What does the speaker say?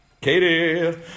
Katie